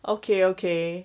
okay okay